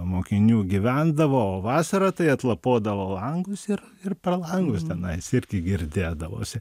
mokinių gyvendavo o vasarą tai atlapodavo langus ir ir per langus tenais irgi girdėdavosi